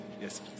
Yes